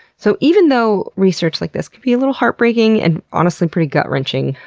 so even though research like this can be a little heartbreaking, and honestly pretty gut-wrenching,